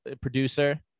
producer